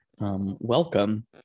Welcome